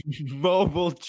mobile